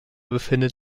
befindet